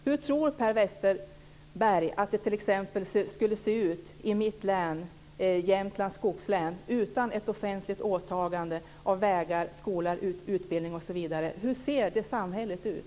Hur tror Per Westerberg att det skulle se ut i t.ex. mitt län, Jämtlands skogslän, utan ett offentligt åtagande av vägar, skola, utbildning, osv.? Hur ser det samhället ut?